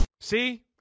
see